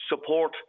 support